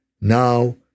now